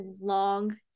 long